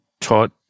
taught